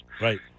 Right